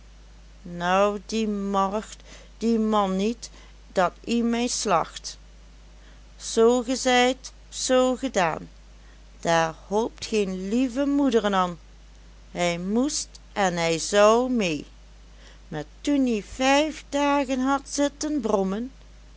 nou die mocht die man niet dat ie mijn slacht zoo gezeid zoo gedaan daar holp geen lievemoederen an hij most en hij zou mee maar toen ie vijf dagen had zitten brommen hij